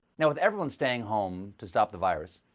with everyone staying home to stop the virus,